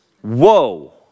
Whoa